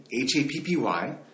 H-A-P-P-Y